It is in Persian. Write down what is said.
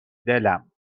دلم